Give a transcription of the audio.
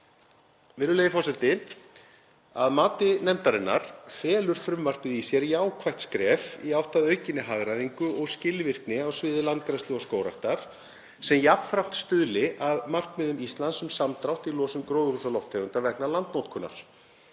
Virðulegi forseti. Að mati nefndarinnar felur frumvarpið í sér jákvætt skref í átt að aukinni hagræðingu og skilvirkni á sviði landgræðslu og skógræktar sem jafnframt stuðli að markmiðum Íslands um samdrátt í losun gróðurhúsalofttegunda vegna landnotkunar.